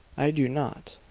i do not!